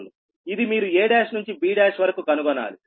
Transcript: ఇది మీరు a1 నుంచి b1 వరకు కనుగొనాలి